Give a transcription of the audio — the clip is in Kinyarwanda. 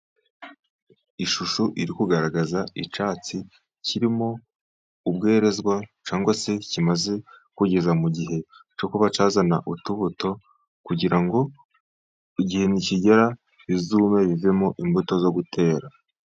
Ishusho iri kugaragaza icyatsi kirimo ubwerezwa cyangwa se kimaze kugeza mu gihe cyo kuba cyazana utubuto kugira ngo igihe nikigera bizume bivemo imbuto zo gutera.